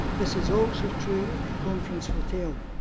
this is also true of the conference hotel.